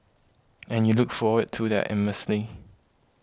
and you look forward to that immensely